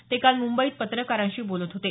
ते काल मुंबईत पत्रकारांशी बोलत होते